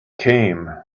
came